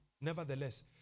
Nevertheless